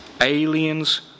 aliens